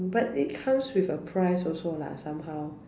mm but it comes with a price also lah somehow